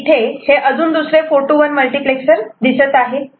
इथे हे अजून दुसरे 4 to 1 मल्टिप्लेक्स सर इथे दिसत आहे